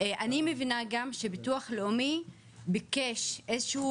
אני מבינה גם שביטוח לאומי ביקש איזו שהיא